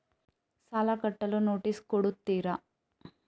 ಸಾಲ ಕಟ್ಟಲು ನೋಟಿಸ್ ಕೊಡುತ್ತೀರ?